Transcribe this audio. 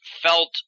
felt